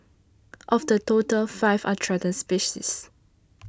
of the total five are threatened species